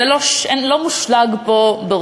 לא מושלג פה.